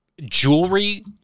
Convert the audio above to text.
jewelry